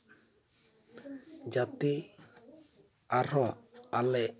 ᱡᱟᱛᱮ ᱟᱨᱦᱚᱸ ᱟᱞᱮ